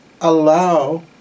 allow